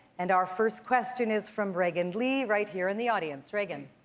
and our first question is from reagan li, right here in the audience. reagan.